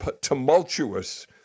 tumultuous